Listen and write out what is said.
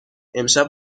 امشب